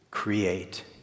Create